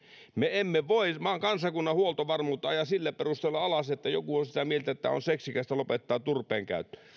me emme voi kansakunnan huoltovarmuutta ajaa sillä perusteella alas että joku on sitä mieltä että on seksikästä lopettaa turpeen käyttö